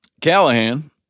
Callahan